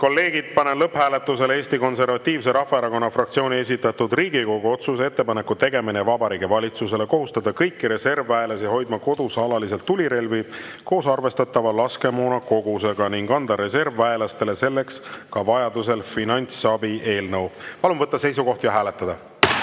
kolleegid, panen lõpphääletusele Eesti Konservatiivse Rahvaerakonna fraktsiooni esitatud Riigikogu otsuse "Ettepaneku tegemine Vabariigi Valitsusele kohustada kõiki reservväelasi hoidma kodus alaliselt tulirelvi koos arvestatava laskemoona kogusega ning anda reservväelastele selleks ka vajadusel finantsabi" eelnõu. Palun võtta seisukoht ja hääletada!